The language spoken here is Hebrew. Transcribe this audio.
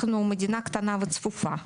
אנחנו מדינה קטנה וצפופה,